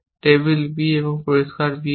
table b এবং পরিষ্কার b আছে